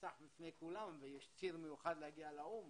נפתח בפני כולם ויש ציר מיוחד להגיע לאו"ם,